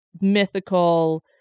mythical